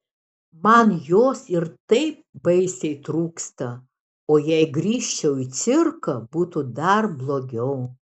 man jos ir taip baisiai trūksta o jei grįžčiau į cirką būtų dar blogiau